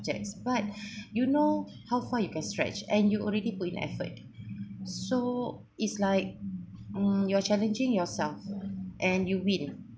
subjects but you know how far you can stretch and you already put in effort so is like mm you're challenging yourself and you win